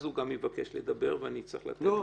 הוא גם יבקש לדבר ואני אצטרך לתת לו -- לא,